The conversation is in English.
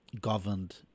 governed